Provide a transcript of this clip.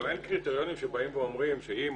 אבל אין קריטריונים שבאים ואומרים שאם